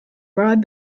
broad